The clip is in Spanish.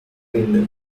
rinde